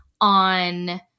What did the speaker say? on